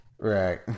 Right